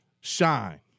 shine